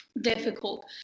difficult